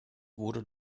wurde